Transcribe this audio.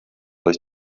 durch